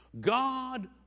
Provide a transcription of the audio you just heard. God